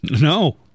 No